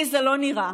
לי זה לא נראה.